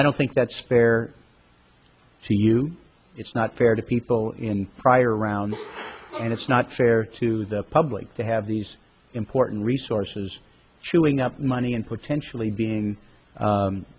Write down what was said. i don't think that's fair to you it's not fair to pee all in prior round and it's not fair to the public to have these important resources chewing up money and potentially being